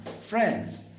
Friends